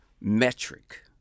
metric